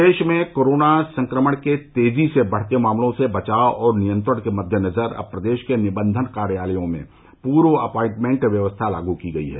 प्रदेश में कोरोना संक्रमण के तेजी से बढ़ते मामलों से बचाव और नियंत्रण के मद्देनजर अब प्रदेश के निबंधन कार्यालयों में पूर्व अपॉइंटमेंट व्यवस्था लागू की गई है